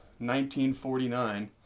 1949